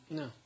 no